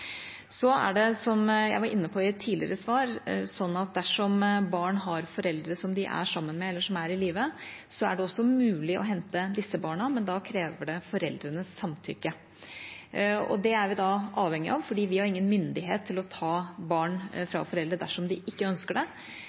Som jeg var inne på i et tidligere svar, er det slik at dersom barn har foreldre i live som de er sammen med, er det også mulig å hente disse barna, men da krever det foreldrenes samtykke. Det er vi da avhengig av, for vi har ingen myndighet til å ta barn fra foreldre dersom de ikke ønsker det.